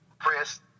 press